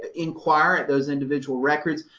inquire at those individual records.